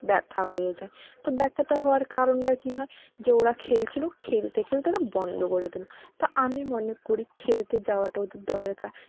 ব্যথা হয়ে যায় তো ব্যাথাটা হওয়ার কারণটা কি হয় যে ওরা খেলছিলো খেলতে খেলতে ওরা বন্ধ করে দিলো তো আমি মনে করি খেলতে যাওয়াটা ওদের দরকার